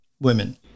women